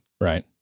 right